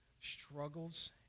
struggles